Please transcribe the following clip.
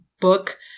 book